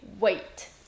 wait